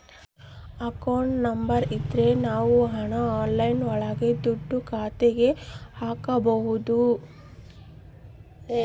account number ಇದ್ರ ನಾವ್ ಹಣ ಆನ್ಲೈನ್ ಒಳಗ ದುಡ್ಡ ಖಾತೆಗೆ ಹಕ್ಬೋದು